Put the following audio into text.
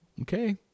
Okay